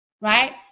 Right